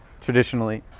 Traditionally